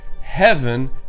heaven